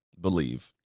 believe